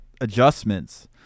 adjustments